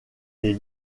des